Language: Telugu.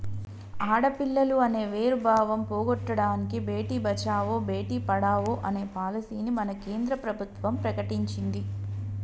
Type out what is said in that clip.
ఆడపిల్లలు అనే వేరు భావం పోగొట్టనని భేటీ బచావో బేటి పడావో అనే పాలసీని మన కేంద్ర ప్రభుత్వం ప్రకటించింది